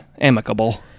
amicable